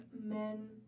men